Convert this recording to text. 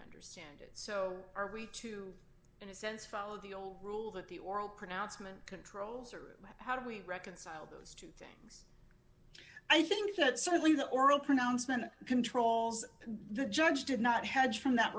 understand it so are we to in a sense follow the old rule that the oral pronouncement controls or how do we reconcile those two i think that certainly the oral pronouncement controls the judge did not hedge from that